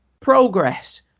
Progress